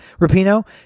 Rapino